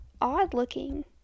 odd-looking